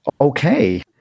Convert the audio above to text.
Okay